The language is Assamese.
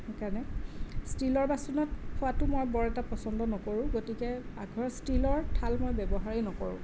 সেইকাৰণে ষ্টিলৰ বাচনত খোৱাটো মই বৰ এটা পচন্দ নকৰোঁ গতিকে পাকঘৰত ষ্টিলৰ থাল মই ব্যৱহাৰেই নকৰোঁ